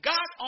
God